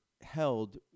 held